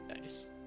nice